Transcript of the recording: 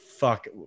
Fuck